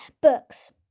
books